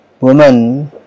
woman